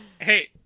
Hey